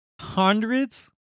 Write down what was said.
hundreds